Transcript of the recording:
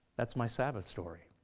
that's my sabbath story,